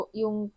yung